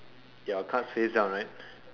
our cards face down right